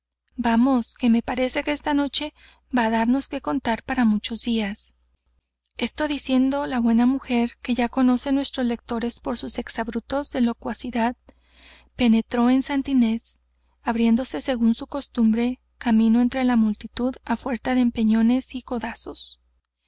vamos que me parece que esta noche va á darnos que contar para muchos días esto diciendo la buena mujer que ya conocen nuestros lectores por sus exabruptos de locuacidad penetró en santa inés abriéndose según costumbre un camino entre la multitud á fuerza de empellones y codazos